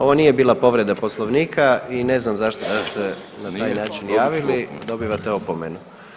Ovo nije bila povreda Poslovnika i ne znam zašto ste se na taj način javili, dobivate opomenu.